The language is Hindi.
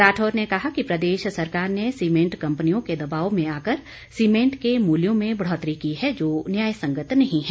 राठौर ने कहा कि प्रदेश सरकार ने सीमेंट कंपनीयों के दबाव में आकर सीमेंट के मूल्यों में बढौतरी की है जो न्यायसंगत नहीं है